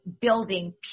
building